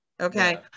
Okay